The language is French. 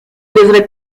devrais